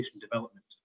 development